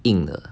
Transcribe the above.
硬的